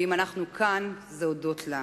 ואם אנחנו כאן, זה הודות לה.